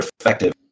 effective